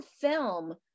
film